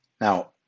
Now